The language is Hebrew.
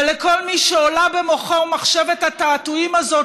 ולכל מי שעולה במוחו מחשבת התעתועים הזאת,